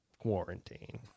quarantine